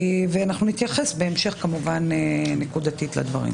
אנחנו נתייחס בהמשך נקודתית לדברים.